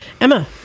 emma